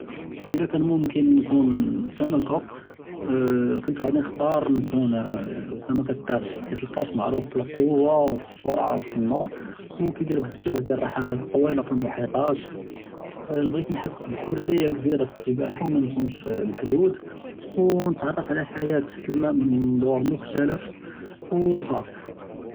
אִלָּא כַּאן מֻמְכִּן נְכוּן סַמַכָּה כֻּנְת גַ'אִי נְחְ'תַאר נְכוּן סַמַכַּת קִרְש חִית אֶלְקִרְש מַעְרוּף בִּאֶלְקֻוָּה וְאֶלְסֻרְעָה וְסְט אֶלְמָא וּכַיְדִיר בְּזַאף דְּיָאל אֶלְרִחְלַאת אֶטְּוִילָה פֶּאלְמֻחִיטַאת, בְּעְגִ'ית נְחַס בִּחְרִיַּה כְּבִּירָה פֶּאלְסִבָּاحַה וּמַנְכוּנְש מַחְדוּד וְנִתְעַרַף עַלָּא אֶלְחְיַאה תַחְת אֶלְמָא מִן מַנְטוּר מֻחְ'תַלִף וְחָ'אס.